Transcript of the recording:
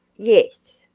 yes.